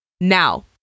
Now